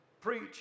preach